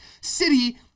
city